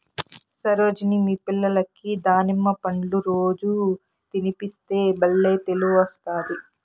సరోజిని మీ పిల్లలకి దానిమ్మ పండ్లు రోజూ తినిపిస్తే బల్లే తెలివొస్తాది